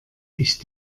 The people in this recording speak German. ich